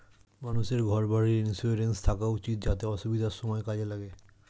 মানুষের ঘর বাড়ির ইন্সুরেন্স থাকা উচিত যাতে অসুবিধার সময়ে কাজে লাগে